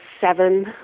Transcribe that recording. seven